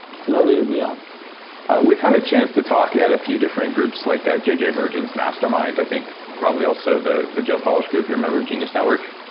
it's lovely to be on we've had a chance to talk at a few different groups like ah jj virgin's mastermind i think probably also the the joe polish group. you remember genius network?